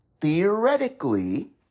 theoretically